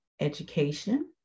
Education